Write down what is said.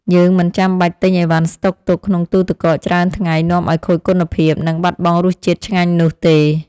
យើងមិនចាំបាច់ទិញអីវ៉ាន់ស្តុកទុកក្នុងទូទឹកកកច្រើនថ្ងៃនាំឱ្យខូចគុណភាព និងបាត់បង់រសជាតិឆ្ងាញ់នោះទេ។